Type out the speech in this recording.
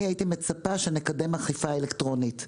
אני הייתי מצפה שנקדם אכיפה אלקטרונית.